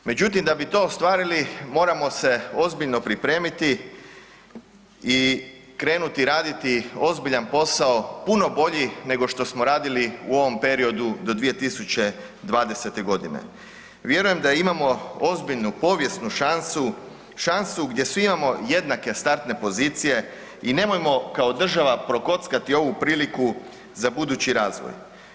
Međutim da bi to ostvarili moramo se ozbiljno pripremiti krenuti raditi ozbiljan posao, puno bolji nego što smo radili u ovom periodu do 2020.g. Vjerujem da imamo ozbiljnu povijesnu šansu, šansu gdje svi imamo jednake startne pozicije i nemojmo kao država prokockati ovu priliku za budući razvoj.